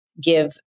give